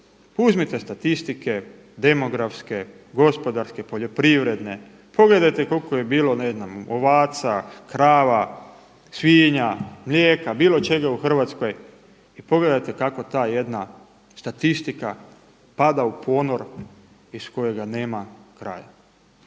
Uzmite statistike demografske, gospodarske, poljoprivredne. Pogledajte koliko je bilo ne znam ovaca, krava, svinja, mlijeka, bilo čega u Hrvatskoj i pogledajte kako ta jedna statistika pada u ponor iz kojega nema kraja.